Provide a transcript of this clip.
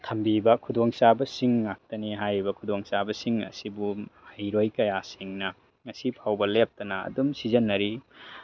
ꯊꯝꯕꯤꯕ ꯈꯨꯗꯣꯡꯆꯥꯕꯁꯤꯡ ꯉꯥꯛꯇꯅꯤ ꯍꯥꯏꯔꯤꯕ ꯈꯨꯗꯣꯡꯆꯥꯕꯁꯤꯡ ꯑꯁꯤꯕꯨ ꯃꯍꯩꯔꯣꯏ ꯀꯌꯥꯁꯤꯡꯅ ꯉꯁꯤꯐꯥꯎꯕ ꯂꯦꯞꯇꯅ ꯑꯗꯨꯝ ꯁꯤꯖꯤꯟꯅꯔꯤ